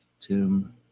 Tim